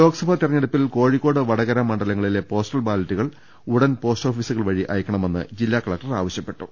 ലോക്സഭാ തെരഞ്ഞെടുപ്പിൽ കോഴിക്കോട് വടകര മണ്ഡലങ്ങ ളിലെ പോസ്റ്റൽ ബാലറ്റുകൾ ഉടൻ പോസ്റ്റ് ഓഫീസുകൾ വഴി അയ ക്കണമെന്ന് ജില്ലാ കലക്ടർ ആവശ്യപ്പെട്ടു